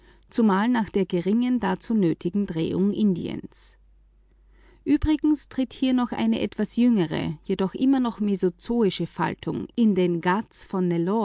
zumal nach der geringen bei der rekonstruktion nötigen drehung indiens übrigens tritt hier noch eine etwas jüngere jedoch immer noch mesozoische faltung in den ghats von